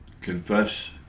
confess